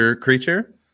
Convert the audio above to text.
creature